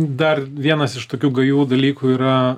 dar vienas iš tokių gajų dalykų yra